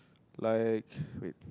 like wait